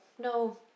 no